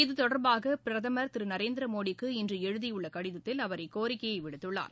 இது தொடர்பாக பிரதமர் திரு நரேந்திர மோடிக்கு இன்று எழுதியுள்ள கடிதத்தில் அவர் இக்கோரிக்கையை விடுத்துள்ளார்